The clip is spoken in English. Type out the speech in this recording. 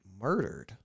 murdered